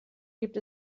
gibt